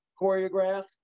choreographed